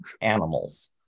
animals